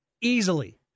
easily